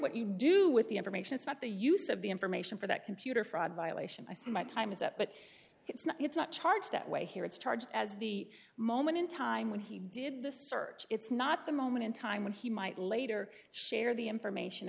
what you do with the information it's not the use of the information for that computer fraud violation i see my time is up but it's not it's not charged that way here it's charged as the moment in time when he did the search it's not the moment in time when he might later share the information